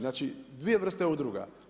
Znači dvije vrste udruga.